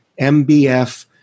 MBF